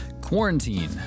quarantine